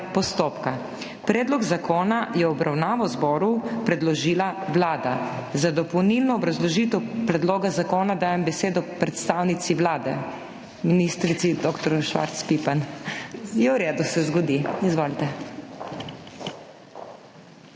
POSTOPKA. Predlog zakona je v obravnavo zboru predložila Vlada. Za dopolnilno obrazložitev predloga zakona dajem besedo predstavnici Vlade ministrici dr. Švarc Pipan. Je v redu, se zgodi. Izvolite.